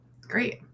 great